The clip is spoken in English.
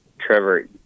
Trevor